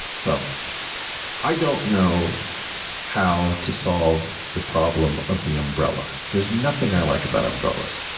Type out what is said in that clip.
so i don't know how to solve the problem of the umbrella. there's nothing i like about umbrellas.